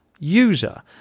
user